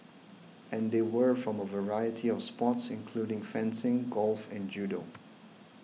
and they were from a variety of sports including fencing golf and judo